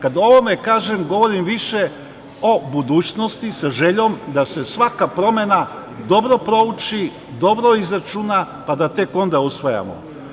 Kada o ovome kažem govorim više o budućnosti sa željom da se svaka promena dobro prouči, dobro izračuna pa da tek onda usvajamo.